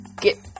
get